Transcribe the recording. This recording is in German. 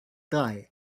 drei